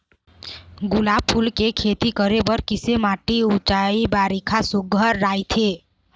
गुलाब फूल के खेती करे बर किसे माटी ऊंचाई बारिखा सुघ्घर राइथे?